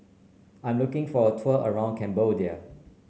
I'm looking for a tour around Cambodia